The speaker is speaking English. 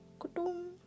Kudum